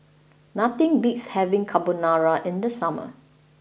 nothing beats having Carbonara in the summer